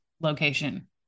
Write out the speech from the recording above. location